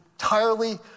entirely